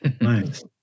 Nice